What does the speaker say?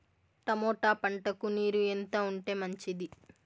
Tomato పంటకు నీరు ఎంత ఉంటే మంచిది?